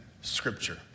scripture